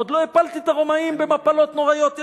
עוד לא הפלתי את הרומאים במפלות נוראיות.